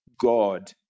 God